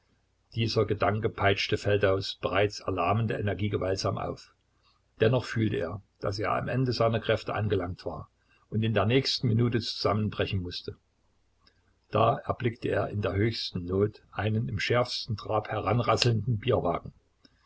dieser gedanke peitschte feldaus bereits erlahmende energie gewaltsam auf dennoch fühlte er daß er am ende seiner kräfte angelangt war und in der nächsten minute zusammenbrechen mußte da erblickte er in der höchsten not einen im schärfsten trab heranrasselnden bierwagen